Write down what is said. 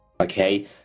Okay